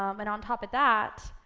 um and on top of that,